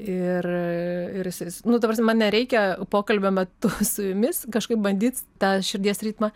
ir ir jis jis nu ta prasme man nereikia pokalbio metu su jumis kažkaip bandyt tą širdies ritmą